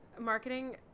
marketing